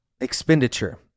expenditure